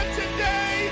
today